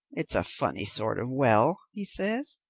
it's a funny sort of well, he said,